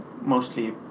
mostly